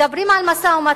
מדברים על משא-ומתן,